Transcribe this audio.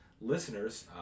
listeners